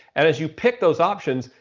and as you pick those options,